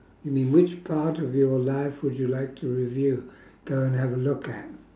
you mean which part of your life would you like to review go and have a look at